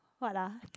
what ah